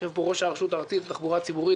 יושב פה ראש הרשות הארצית לתחבורה ציבורית,